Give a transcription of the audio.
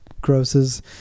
grosses